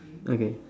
okay